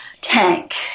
tank